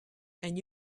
and